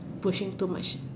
pushing too much